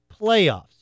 playoffs